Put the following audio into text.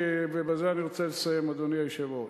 ובזה אני רוצה לסיים, אדוני היושב ראש,